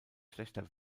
schlechter